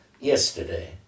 yesterday